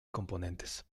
componentes